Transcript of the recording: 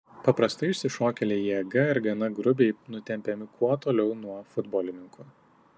paprastai išsišokėliai jėga ir gana grubiai nutempiami kuo toliau nuo futbolininkų